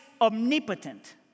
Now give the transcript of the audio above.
omnipotent